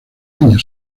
año